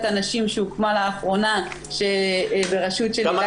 הנשים שהוקמה לאחרונה בראשות של הילה קניסטר.